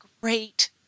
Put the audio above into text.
great